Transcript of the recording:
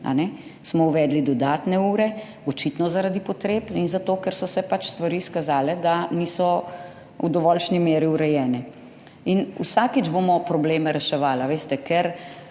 smo uvedli dodatne ure, očitno zaradi potreb in zato ker so se stvari izkazale, da niso v dovoljšni meri urejene. In vsakič bomo probleme reševali,